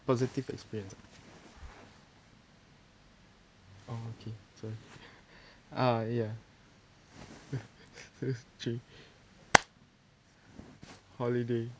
positive experience oh okay sorry uh ya two three holiday